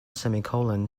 semicolon